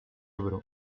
ebro